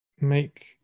make